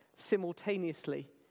Simultaneously